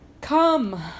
Come